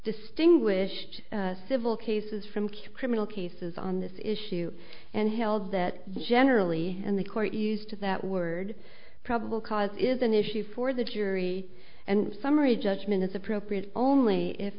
distinguished civil cases from key criminal cases on this issue and held that generally and the court used to that word probable cause is an issue for the jury and summary judgment is appropriate only if